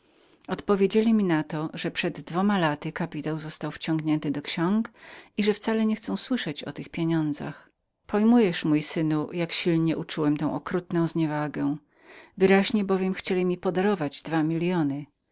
odpowiedzieli mi na to że przed dwoma laty kapitał był zaciągnięty do ksiąg i że wcale niechcieli słyszeć o tych pieniądzach pojmujesz mój synu jak silnie uczułem tę krwawą krzywdę wyraźnie bowiem chcieli mi darować dwa miliony